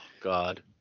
God